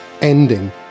ending